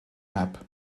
map